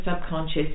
subconscious